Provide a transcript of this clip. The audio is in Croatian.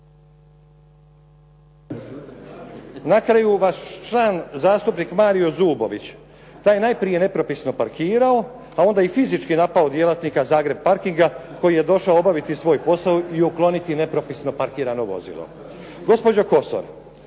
Na kraju vaš član, zastupnik Mario Zubović, taj je najprije nepropisno parkirao a onda i fizički napao djelatnika Zagreb parkinga, koji je došao obaviti svoj posao i ukloniti nepropisno parkirano vozilo. Gospođo Kosor,